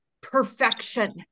perfection